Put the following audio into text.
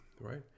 right